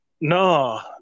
No